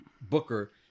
Booker